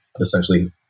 essentially